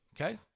Okay